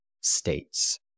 states